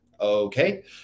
okay